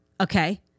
Okay